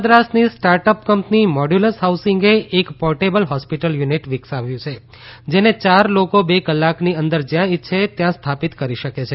મદ્રાસની startup company Modulus હાઉસીંગે એક portable hospital unit વિકસાવ્યું છે જેને યાર લોકો બે કલાકની અંદર જયાં ઇચ્છે ત્યાં સ્થાપતિ કરી શકે છે